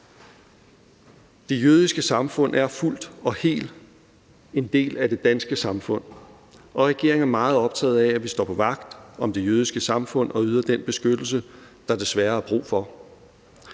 Det jødiske samfund er fuldt og helt en del af det danske samfund, og regeringen er meget optaget af, at vi står på vagt om det jødiske samfund og yder den beskyttelse, der desværre er brug for.